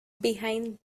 behind